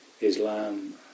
Islam